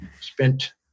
Spent